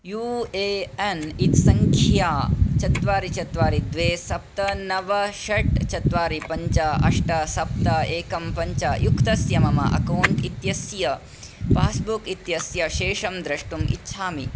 you A N इति सङ्ख्या चत्वारि चत्वारि द्वे सप्त नव षट् चत्वारि पञ्च अष्ट सप्त एकं पञ्च युक्तस्य मम अकौण्ट् इत्यस्य पास्बुक् इत्यस्य शेषं द्रष्टुम् इच्छामि